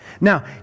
Now